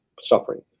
suffering